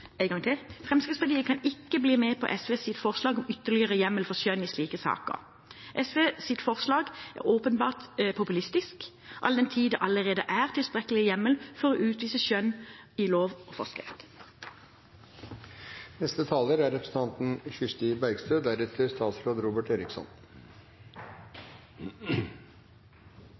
Fremskrittspartiet kan ikke bli med på SVs forslag om ytterligere hjemmel for skjønn i slike saker. SVs forslag er åpenbart populistisk, all den tid det allerede er tilstrekkelig hjemmel i lov og forskrift for å utvise skjønn. Jeg vil starte med å takke for debatten så langt, og